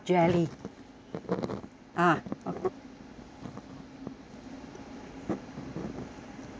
ah